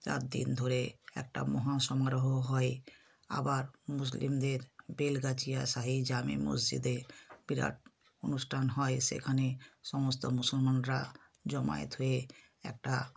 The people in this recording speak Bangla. চারদিন ধরে একটা মহা সমারোহ হয় আবার মুসলিমদের বেলগাছিয়া শাহি জামি মসজিদে বিরাট অনুষ্ঠান হয় সেখানে সমস্ত মুসলমানরা জমায়েত হয়ে একটা